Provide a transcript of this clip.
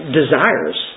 desires